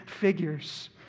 figures